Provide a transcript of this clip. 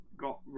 got